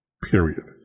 Period